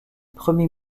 premier